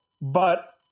but-